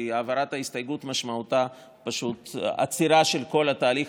כי העברת ההסתייגות משמעותה היא פשוט עצירה של כל התהליך